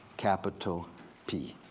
capital p,